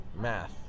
math